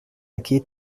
aquí